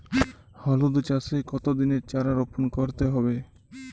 হলুদ চাষে কত দিনের চারা রোপন করতে হবে?